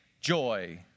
joy